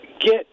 get